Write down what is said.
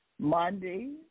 Monday